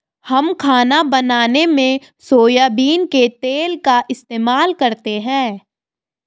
हम खाना बनाने में सोयाबीन के तेल का इस्तेमाल करते हैं